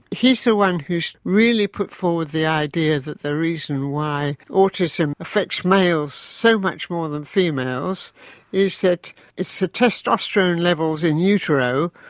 he's the one who's really put forward the idea that the reason why autism affects males so much more than females is that it's the testosterone and levels in utero,